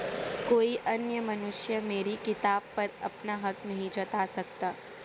कोई अन्य मनुष्य मेरी किताब पर अपना हक नहीं जता सकता